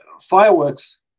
fireworks